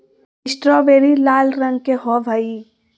strawberry लाल रंग के होव हई